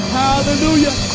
hallelujah